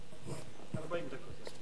40 דקות יספיקו.